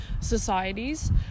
societies